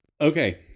Okay